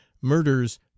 murders